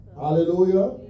Hallelujah